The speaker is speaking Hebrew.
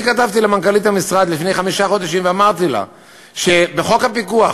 אני כתבתי למנכ"לית המשרד לפני חמישה חודשים ואמרתי לה שבחוק הפיקוח,